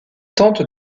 tente